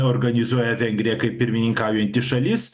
organizuoja vengrija kaip pirmininkaujanti šalis